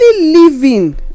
living